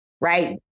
right